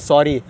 eh